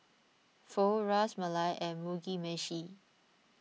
Pho Ras Malai and Mugi Meshi